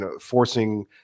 forcing